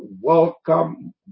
welcome